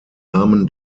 nahmen